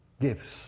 gifts